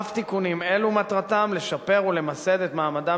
אף תיקונים אלו מטרתם לשפר ולמסד את מעמדם